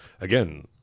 again